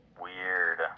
weird